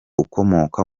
ukomoka